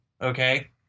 okay